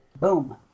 boom